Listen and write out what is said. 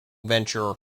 venture